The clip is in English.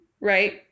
Right